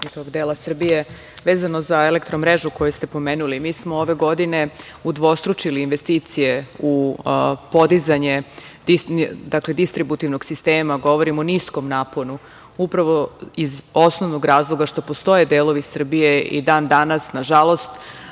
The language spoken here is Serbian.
dela Srbije vezano za elektro mrežu koju ste pomenuli. Mi smo ove godine, udvostručili investicije u podizanje distributivnog sistema, govorim o niskom naponu, upravo iz osnovnog razloga, pošto postoje delovi Srbije i dan danas, nažalost,